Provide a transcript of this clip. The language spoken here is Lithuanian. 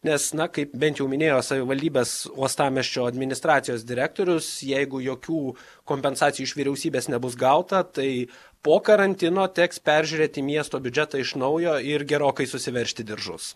nes na kaip bent jau minėjo savivaldybės uostamiesčio administracijos direktorius jeigu jokių kompensacijų iš vyriausybės nebus gauta tai po karantino teks peržiūrėti miesto biudžetą iš naujo ir gerokai susiveržti diržus